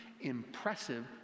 impressive